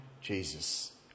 Jesus